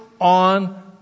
on